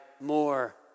more